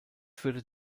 führte